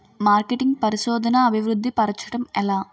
marketing పరిశోధనదా అభివృద్ధి పరచడం ఎలా